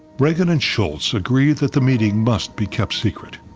reagan and shultz agree that the meeting must be kept secret.